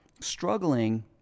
struggling